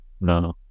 No